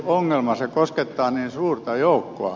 ne koskettavat niin suurta joukkoa